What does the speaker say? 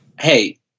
Hey